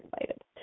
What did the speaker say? excited